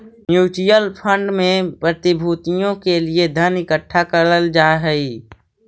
mutual fund में प्रतिभूतियों के लिए धन इकट्ठा करल जा हई